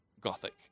Gothic